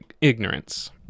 ignorance